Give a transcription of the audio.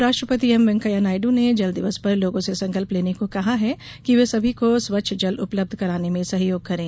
उपराष्ट्रपति एमवेंकैया नायडू ने कहा कि जल दिवस पर लोगों से संकल्प लेने को कहा कि वे सभी को स्वच्छ जल उपलब्ध कराने में सहयोग करें